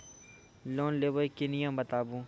Loan लेबे के नियम बताबू?